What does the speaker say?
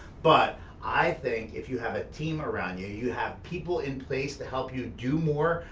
but i think if you have a team around you, you have people in place to help you do more,